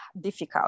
difficult